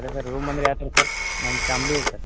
ಅದೇ sir room ಅಂದರೆ ಯಾವ ಥರ ಸರ್ ನಮ್ಮ ಫ್ಯಾಮ್ಲಿ ಇದೆ ಸರ್